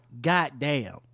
goddamn